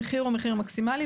המחיר הוא מחיר מקסימלי.